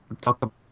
talk